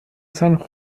san